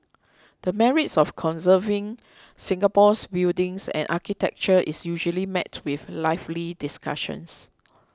the merits of conserving Singapore's buildings and architecture is usually met with lively discussions